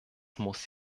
muss